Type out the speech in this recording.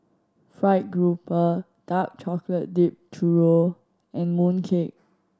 fried grouper dark chocolate dip churro and mooncake